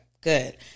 Good